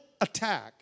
attack